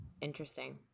Interesting